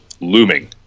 looming